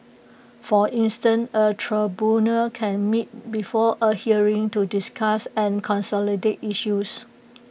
for instance A tribunal can meet before A hearing to discuss and consolidate issues